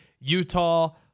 Utah